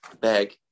bag